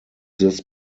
this